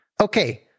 Okay